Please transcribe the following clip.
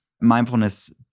mindfulness